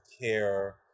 care